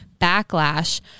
backlash